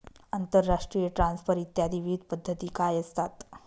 आंतरराष्ट्रीय ट्रान्सफर इत्यादी विविध पद्धती काय असतात?